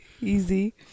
Easy